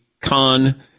con